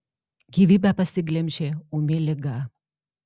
gyvybę pasiglemžė ūmi liga